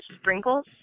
sprinkles